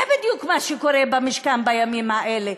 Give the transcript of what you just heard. זה בדיוק מה שקורה במשכן בימים האלה,